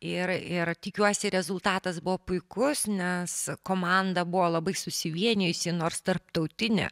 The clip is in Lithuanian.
ir ir tikiuosi rezultatas buvo puikus nes komanda buvo labai susivienijusi nors tarptautinė